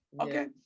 Okay